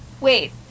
wait